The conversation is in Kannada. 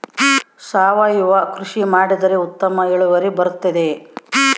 ಸಾವಯುವ ಕೃಷಿ ಮಾಡಿದರೆ ಉತ್ತಮ ಇಳುವರಿ ಬರುತ್ತದೆಯೇ?